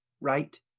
right